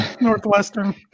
Northwestern